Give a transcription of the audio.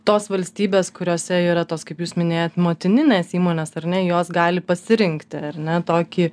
tos valstybės kuriose yra tos kaip jūs minėjot motinines įmonės ar ne jos gali pasirinkti ar ne tokį